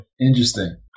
Interesting